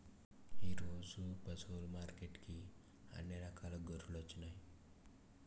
ఈరోజు పశువులు మార్కెట్టుకి అన్ని రకాల గొర్రెలొచ్చినాయ్